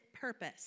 purpose